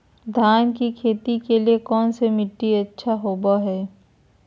धान की खेती के लिए कौन मिट्टी अच्छा होबो है?